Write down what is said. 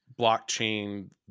blockchain